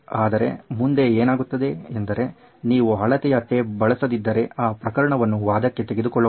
ಆದರೆ ಮುಂದೆ ಏನಾಗುತ್ತದೆ ಎಂದರೆ ನೀವು ಅಳತೆಯ ಟೇಪ್ ಬಳಸದಿದ್ದರೆ ಆ ಪ್ರಕರಣವನ್ನು ವಾದಕ್ಕೆ ತೆಗೆದುಕೊಳ್ಳೋಣ